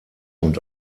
und